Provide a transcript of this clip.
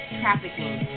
trafficking